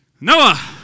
Noah